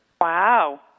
Wow